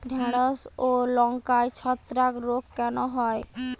ঢ্যেড়স ও লঙ্কায় ছত্রাক রোগ কেন হয়?